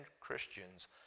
Christians